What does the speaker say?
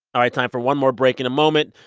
all right, time for one more break. in a moment,